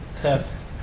tests